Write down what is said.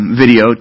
video